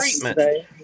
treatment